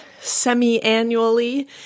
semi-annually